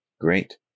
Great